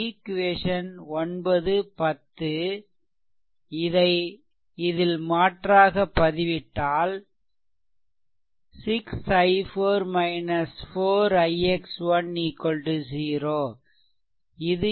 இந்த ஈக்வேசன் 910 ஐ இதில் மாற்றாக பதிவிட்டால் 6 i4 4 ix ' 0 இது 20